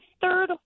third